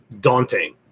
daunting